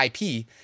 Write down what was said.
IP